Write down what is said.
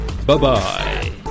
Bye-bye